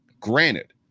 granted